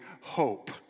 hope